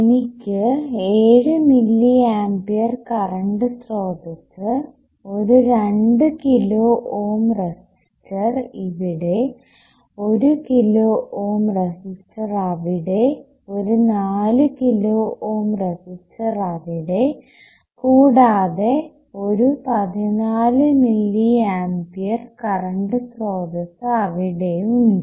എനിക്ക് 7 milliampere current സ്രോതസ്സ് ഒരു രണ്ട് കിലോ ഓം റെസിസ്റ്റർ ഇവിടെ ഒരു കിലോ ഓം റെസിസ്റ്റർ അവിടെ ഒരു നാല് കിലോ ഓം റസിസ്റ്റർ അവിടെ കൂടാതെ ഒരു 14 മില്ലി ആമ്പിയർ കറണ്ട് സ്രോതസ്സ് അവിടെ ഉണ്ട്